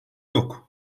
yok